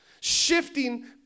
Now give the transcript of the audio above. Shifting